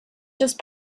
just